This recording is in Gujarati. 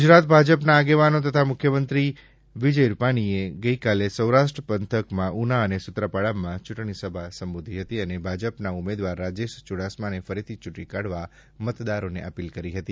ગુજરાત ભાજપના આગેવાનો તથા મુખ્યમંત્રી વિજય રૂપાણીએ ગઇકાલે સૌરાષ્ટ્ર પંથકમાં ઊના અને સુત્રાપાડામાં ચૂંટણી સભા સંબોધી હતી અને ભાજપના ઉમેદવાર રાજેશ ચુડાસમાને ફરીથી ચૂંટી કાઢવા મતદારોને અપીલ કરી હતી